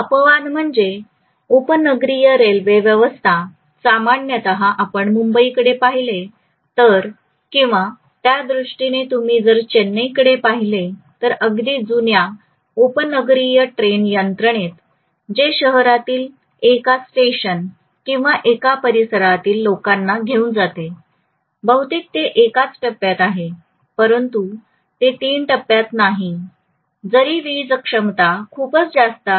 अपवाद म्हणजे उपनगरीय रेल्वे व्यवस्था सामान्यत आपण मुंबईकडे पाहिले तर किंवा त्या दृष्टीने तुम्ही जर चेन्नईकडे पाहिले तर अगदी जुन्या उपनगरीय ट्रेन यंत्रणेत जे शहरातील एका स्टेशन किंवा एका परिसरातील लोकांना घेऊन जाते बहुतेक ते एकाच टप्प्यात आहे परंतु ते तीन टप्प्यात नाही जरी वीज क्षमता खूपच जास्त आहे